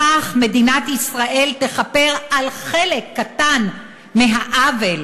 בכך מדינת ישראל תכפר על חלק קטן מהעוול